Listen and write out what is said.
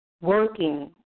working